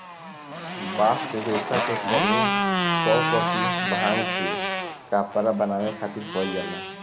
bast रेशा के प्रयोग सौ प्रतिशत भांग के कपड़ा बनावे खातिर कईल जाला